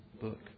book